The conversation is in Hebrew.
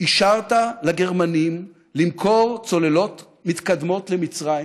אישרת לגרמנים למכור צוללות מתקדמות למצרים